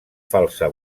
falsa